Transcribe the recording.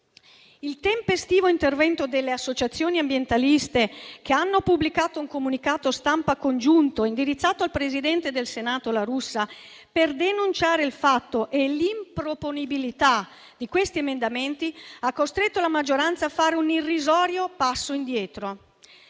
Il tempestivo intervento delle associazioni ambientaliste che hanno pubblicato un comunicato stampa congiunto, indirizzato al presidente del Senato La Russa, per denunciare il fatto e l'improponibilità di questi emendamenti, ha costretto la maggioranza a fare un irrisorio passo indietro.